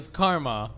karma